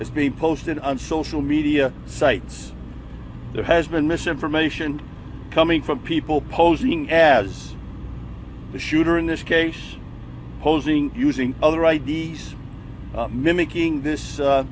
is being posted on social media sites there has been misinformation coming from people posing as the shooter in this case posing using other i d s mimicking this